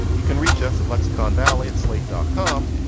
you can reach us at lexicon valley at slate dot com,